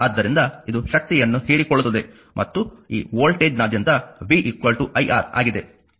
ಆದ್ದರಿಂದ ಇದು ಶಕ್ತಿಯನ್ನು ಹೀರಿಕೊಳ್ಳುತ್ತದೆ ಮತ್ತು ಈ ವೋಲ್ಟೇಜ್ನಾದ್ಯಂತ v iR ಆಗಿದೆ